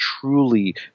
truly